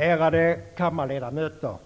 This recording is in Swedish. Ärade kammarledamöter!